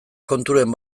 konturen